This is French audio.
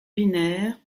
binaires